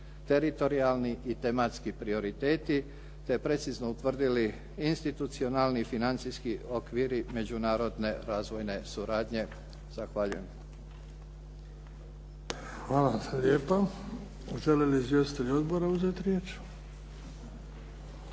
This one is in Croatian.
teritorijalni i tematski prioriteti te precizno utvrdili institucionalni, financijski okviri međunarodne razvojne suradnje. Zahvaljujem. **Bebić, Luka (HDZ)** Hvala lijepa. Žele li izvjestitelji odbora uzeti riječ?